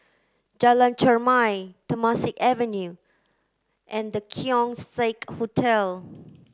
Jalan Chermai Temasek Avenue and The Keong Saik Hotel